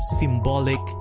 symbolic